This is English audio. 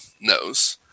knows